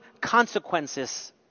consequences